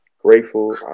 grateful